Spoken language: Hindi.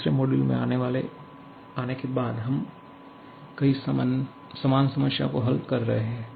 तीसरे मॉड्यूल में आने के बाद हम कई समान समस्याओं को हल कर रहे हैं